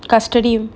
custody